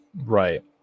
Right